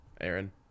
aaron